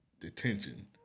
detention